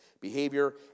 behavior